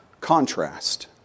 contrast